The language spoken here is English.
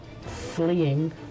fleeing